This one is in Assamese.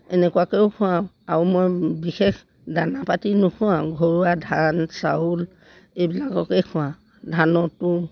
এনেকুৱাকৈও খোৱাওঁ আৰু মই বিশেষ দানা পাতি নোখোৱাওঁ ঘৰুৱা ধান চাউল এইবিলাককে খোৱাওঁ ধানৰ তুঁহ